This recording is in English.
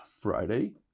Friday